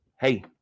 hey